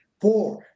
four